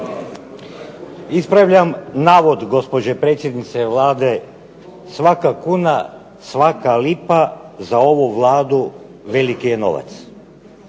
Ispravljam navod gospođe predsjednice Vlade, svaka kuna, svaka lipa za ovu Vladu veliki je novac.